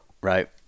Right